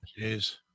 Jeez